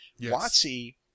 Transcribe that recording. Watsy